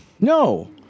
No